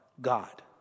God